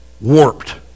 warped